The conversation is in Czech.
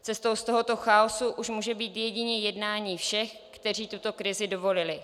Cestou z tohoto chaosu už může být jedině jednání všech, kteří tuto krizi dovolili.